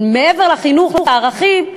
מעבר לחינוך לערכים,